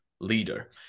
leader